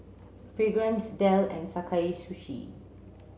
Fragrance Dell and Sakae Sushi